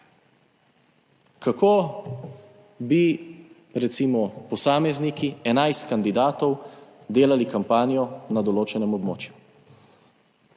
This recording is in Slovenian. kako bi recimo posamezniki 11 kandidatov delali kampanjo na določenem območju.